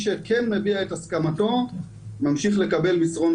שכן מביע את הסכמתו ממשיך לקבל מסרון כל יום.